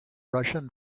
russian